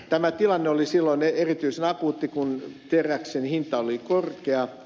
tämä tilanne oli silloin erityisen akuutti kun teräksen hinta oli korkea